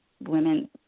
women